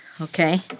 okay